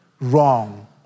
wrong